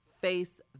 face